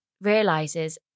Realizes